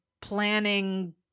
planning